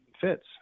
fits